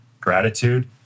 gratitude